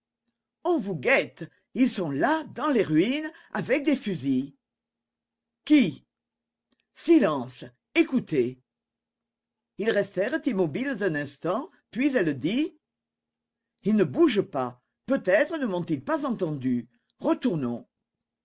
on vous guette ils sont là dans les ruines avec des fusils qui silence écoutez ils restèrent immobiles un instant puis elle dit ils ne bougent pas peut-être ne m'ont-ils pas entendue retournons